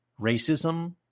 racism